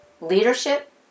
leadership